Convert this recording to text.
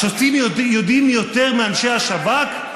השופטים יודעים יותר מאנשי השב"כ?